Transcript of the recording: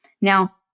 Now